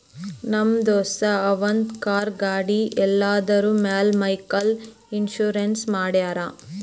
ನಮ್ ದೋಸ್ತ ಅವಂದ್ ಕಾರ್, ಗಾಡಿ ಎಲ್ಲದುರ್ ಮ್ಯಾಲ್ ವೈಕಲ್ ಇನ್ಸೂರೆನ್ಸ್ ಮಾಡ್ಯಾರ್